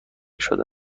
شده